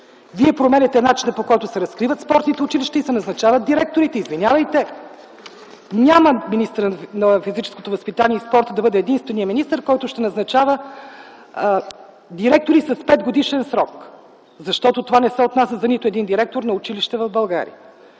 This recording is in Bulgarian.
Вие променяте начинът, по който се разкриват спортните училища и се назначават директорите. Извинявайте, няма министърът на физическото възпитание и спорта да бъде единственият министър, който ще назначава директори с 5-годишен срок, защото това не се отнася за нито един директор на училище в България.